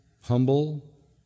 humble